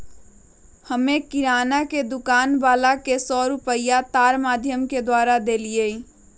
हम्मे किराना के दुकान वाला के सौ रुपईया तार माधियम के द्वारा देलीयी